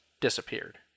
disappeared